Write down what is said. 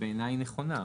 שבעיניי היא נכונה.